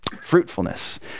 fruitfulness